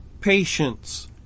patience